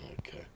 Okay